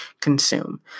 consume